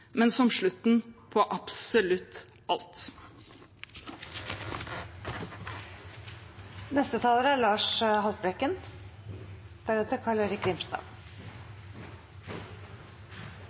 men som slutten på absolutt